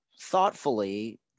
thoughtfully